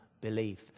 belief